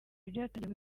byatangiye